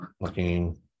Looking